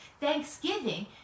thanksgiving